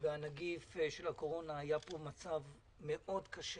והנגיף של הקורונה, היה פה מצב מאוד קשה.